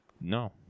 no